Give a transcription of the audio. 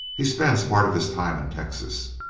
he spends part of his time in texas,